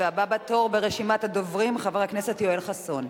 הבא בתור ברשימת הדוברים, חבר הכנסת יואל חסון.